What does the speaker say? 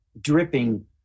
dripping